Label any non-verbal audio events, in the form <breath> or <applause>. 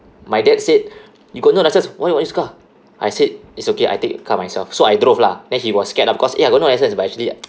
my dad said <breath> you got no license why you want use the car I said it's okay I take car myself so I drove lah then he was scared lah because eh I got no license but actually